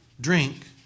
drink